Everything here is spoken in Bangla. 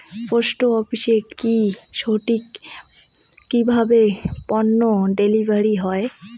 পোস্ট অফিসে কি সঠিক কিভাবে পন্য ডেলিভারি হয়?